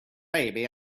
baby